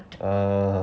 ah